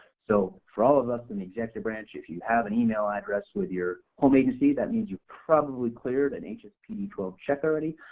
so for all of us in the executive branch if you have an email address with your home agency that means you probably cleared an hspd twelve check already,